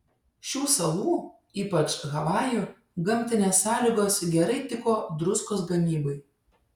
šių salų ypač havajų gamtinės sąlygos gerai tiko druskos gamybai